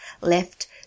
left